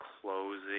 closing